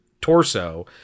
torso